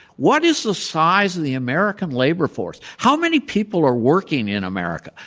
what is the size of the american labor force? how many people are working in america?